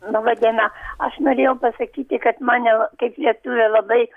laba diena aš norėjau pasakyti kad mane kaip lietuvė labai